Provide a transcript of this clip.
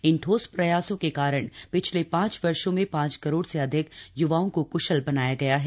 इन ठोस प्रयासों के कारण पिछले पांच वर्षो में पांच करोड़ से अधिक युवाओं को कृशल बनाया गया है